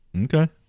Okay